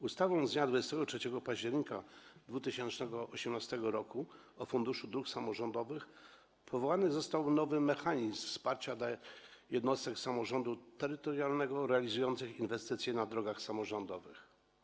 Ustawą z dnia 23 października 2018 r. o Funduszu Dróg Samorządowych powołany został nowy mechanizm wsparcia dla jednostek samorządu terytorialnego realizujących inwestycje na drogach samorządowych.